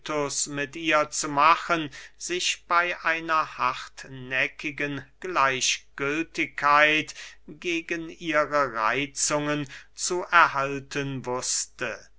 mit ihr zu machen sich bey einer hartnäckigen gleichgültigkeit gegen ihre reitzungen zu erhalten wußte